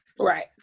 Right